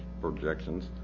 projections